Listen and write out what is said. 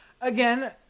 Again